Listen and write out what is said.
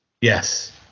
Yes